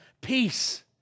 peace